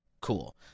cool